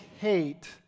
hate